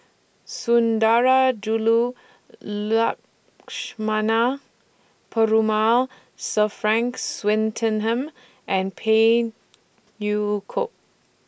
Sundarajulu Lakshmana Perumal Sir Frank Swettenham and Phey Yew Kok